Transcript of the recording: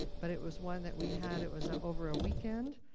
but it was one that we had, it was ah over a weekend.